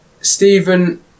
Stephen